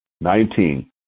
Nineteen